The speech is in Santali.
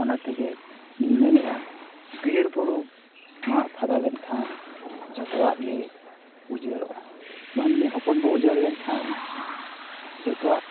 ᱚᱱᱟ ᱛᱮᱜᱮ ᱞᱤᱧ ᱢᱮᱱᱮᱫᱼᱟ ᱵᱤᱨᱼᱵᱩᱨᱩ ᱢᱟᱜ ᱯᱷᱟᱸᱫᱟ ᱞᱮᱱᱠᱷᱟᱱ ᱡᱚᱛᱚᱣᱟᱜ ᱜᱮ ᱩᱡᱟᱹᱲᱚᱜᱼᱟ ᱢᱟᱹᱱᱢᱤ ᱦᱚᱯᱚᱱ ᱵᱚᱱ ᱩᱡᱟᱹᱲ ᱞᱮᱱᱠᱷᱟᱱ ᱡᱚᱛᱚᱣᱟᱜ